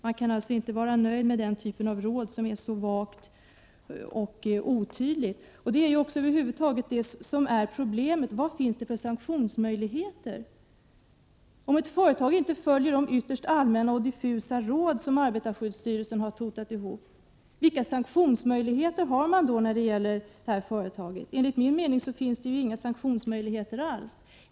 Man kan alltså inte vara nöjd med den typen av råd, som är så vaga och otydliga. Problemet är över huvud taget: Vad finns det för sanktionsmöjligheter? Om ett företag inte följer de allmänna och diffusa råd som arbetarskyddsstyrelsen har totat ihop — vilka sanktionsmöjligheter finns det då? Enligt min mening finns det inte några sanktionsmöjligheter alls.